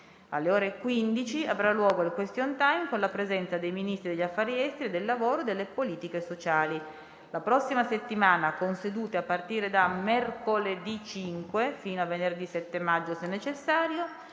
Alle ore 15 avrà luogo il *question time* con la presenza dei Ministri degli affari esteri e del lavoro e delle politiche sociali. La prossima settimana, con sedute a partire da mercoledì 5 fino a venerdì 7 maggio (se necessario),